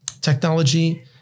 technology